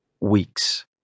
weeks